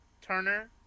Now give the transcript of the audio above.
turner